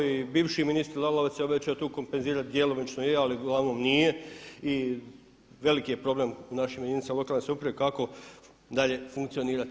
I bivši ministar Lalovac je obećao tu kompenzirati, djelomično je, ali uglavnom nije i veliki je problem u našim jedinicama lokalne samouprave kako dalje funkcionirati.